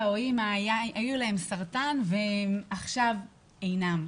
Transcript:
או אימא שלהם היה סרטן והם עכשיו אינם,